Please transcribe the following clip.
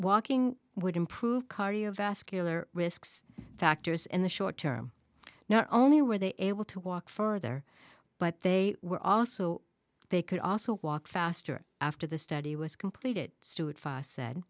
walking would improve cardiovascular risks factors in the short term not only were they able to walk farther but they were also they could also walk faster after the study was completed st